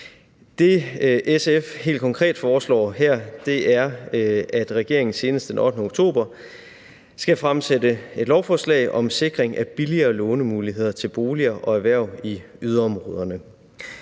Det, SF helt konkret foreslår med det her, er, at regeringen senest den 8. oktober skal fremsætte et lovforslag om sikring af billigere lånemuligheder til boliger og erhverv i yderområderne.